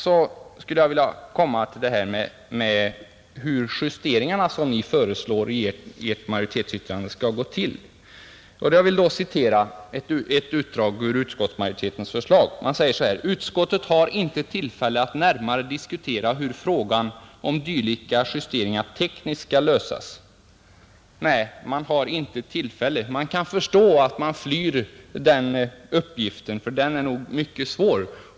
Sedan skulle jag vilja ta upp frågan om hur de justeringar som ni föreslår i ert majoritetsyttrande skall gå till. Låt mig för att belysa problemet citera en mening i utskottsmajoritetens förslag: ”Utskottet har inte tillfälle att närmare diskutera hur frågan om dylika justeringar tekniskt skall lösas ———.” Nej, utskottet har inte tillfälle. Man kan förstå att utskottet flyr den uppgiften, för den är nog mycket svår.